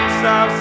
stop